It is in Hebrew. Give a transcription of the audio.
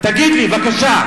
תגיד לי בבקשה.